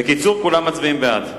בקיצור, כולם מצביעים בעד.